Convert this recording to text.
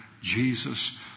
Jesus